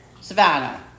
Savannah